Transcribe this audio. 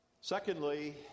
Secondly